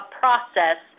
process